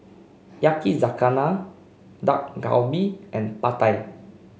Yakizakana Dak Galbi and Pad Thai